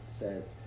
Says